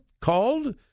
called